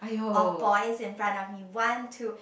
of boys in front of me one two